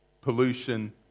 Pollution